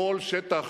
כל שטח